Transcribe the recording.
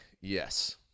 Yes